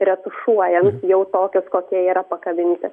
retušuojant jau tokius kokie yra pakabinti